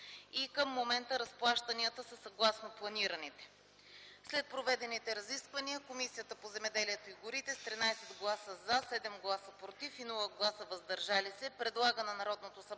и към момента разплащанията са съгласно планираните. „След проведените разисквания Комисията по земеделието и горите с 13 гласа „за”, 7 гласа „против” и без „въздържали се” предлага на Народното събрание